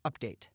update